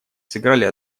сыграли